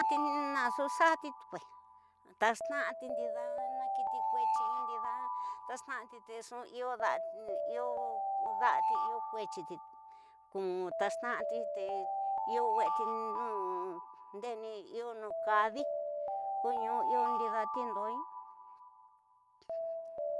In naxu xati tu vaya, tuxitaniti ndida na kiti kuetiyi, ndida taxtinati nxu iyo daati- iyo daati iyo kuetiyi como tuxtinati te iyo wexeti, ndineni iyo nu kadi koñu iyo ndida tindoo ñu